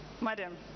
madam